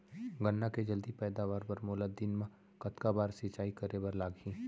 गन्ना के जलदी पैदावार बर, मोला दिन मा कतका बार सिंचाई करे बर लागही?